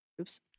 Oops